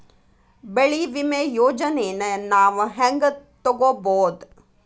ಬೆಳಿ ವಿಮೆ ಯೋಜನೆನ ನಾವ್ ಹೆಂಗ್ ತೊಗೊಬೋದ್?